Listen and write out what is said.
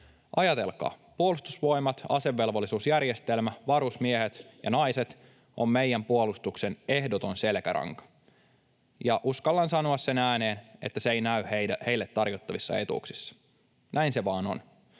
Ajatelkaa, Puolustusvoimat, asevelvollisuusjärjestelmä, varusmiehet ja -naiset ovat meidän puolustuksemme ehdoton selkäranka, ja uskallan sanoa sen ääneen, että se ei näy heille tarjottavissa etuuksissa. Näin se vaan on.